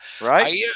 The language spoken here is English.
right